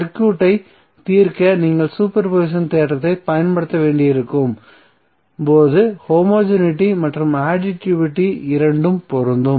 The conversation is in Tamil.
சர்க்யூட்டை தீர்க்க நீங்கள் சூப்பர் போசிஷன் தேற்றத்தைப் பயன்படுத்த வேண்டியிருக்கும் போது ஹோமோஜெனிட்டி மற்றும் அடிட்டிவிட்டி இரண்டும் பொருந்தும்